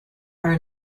are